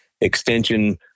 extension